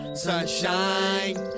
sunshine